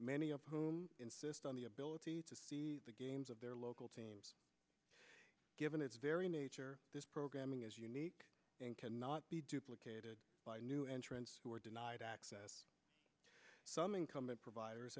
many of whom insist on the ability to see the games of their local teams given its very nature this programming is unique and cannot be duplicated by new entrants who are denied access to some incumbent providers